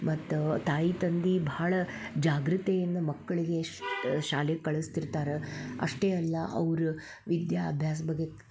ಮತ್ತು ತಾಯಿ ತಂದಿ ಬಹಳ ಜಾಗೃತೆಯಿಂದ ಮಕ್ಕಳಿಗೆ ಶಾಲೆಗೆ ಕಳಿಸ್ತಿರ್ತಾರೆ ಅಷ್ಟೇ ಅಲ್ಲ ಅವರು ವಿದ್ಯಾಭ್ಯಾಸ ಬಗ್ಗೆ